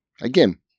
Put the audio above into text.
again